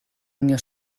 unió